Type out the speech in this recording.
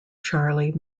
charlie